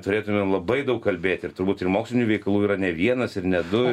turėtumėm labai daug kalbėti ir turbūt ir mokslinių veikalų yra ne vienas ir ne du